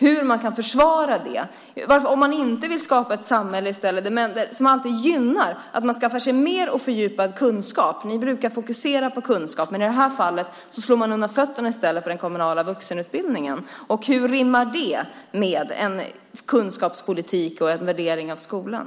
Hur kan man försvara att man inte vill skapa ett samhälle som gynnar att man skaffar sig mer och fördjupad kunskap? Ni brukar fokusera på kunskap. I det här fallet slår man undan fötterna på den kommunala vuxenutbildningen. Hur rimmar det med en kunskapspolitik och värdering av skolan?